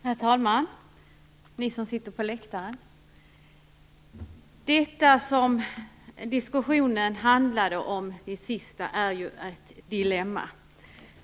Herr talman! Ni som sitter på läktaren! Det diskussionen handlade om sist är ju ett dilemma.